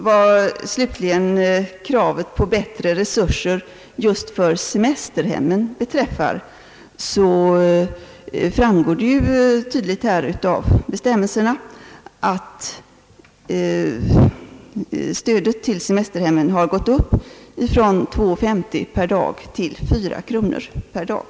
Vad slutligen kravet på bättre resurser för just semesterhemmen beträffar framgår det tydligt av bestämmelserna att stödet till semesterhemmen har ökats från 2:50 kronor till 4 kronor per dag.